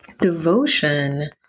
devotion